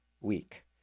week